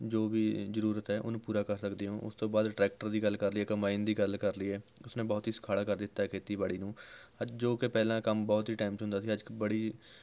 ਜੋ ਵੀ ਜ਼ਰੂਰਤ ਹੈ ਉਹਨੂੰ ਪੂਰਾ ਕਰ ਸਕਦੇ ਹੋ ਉਸ ਤੋਂ ਬਾਅਦ ਟਰੈਕਟਰ ਦੀ ਗੱਲ਼ ਕਰ ਲਈਏ ਕੰਬਾਈਨ ਦੀ ਗੱਲ ਕਰ ਲਈਏ ਉਸ ਨੇ ਬਹੁਤ ਹੀ ਸੁਖਾਲਾ ਕਰ ਦਿੱਤਾ ਹੈ ਖੇਤੀਬਾੜੀ ਨੂੰ ਜੋ ਕਿ ਪਹਿਲਾਂ ਕੰਮ ਬਹੁਤ ਹੀ ਟਾਈਮ 'ਤੇ ਹੁੰਦਾ ਸੀ ਅੱਜ ਕੱਲ੍ਹ ਬੜੀ